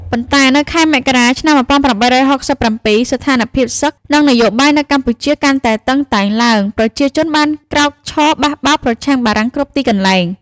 ប៉ុន្តែនៅខែមករា ឆ្នាំ ១៨៦៧ ស្ថានភាពសឹក និងនយោបាយនៅកម្ពុជាកាន់តែតឹងតែងឡើង ប្រជាជនបានក្រោកឈរបះបោរប្រឆាំងបារាំងគ្រប់ទីកន្លែង។